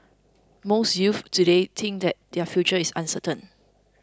most youths today think that their future is uncertain